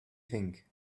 think